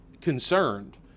concerned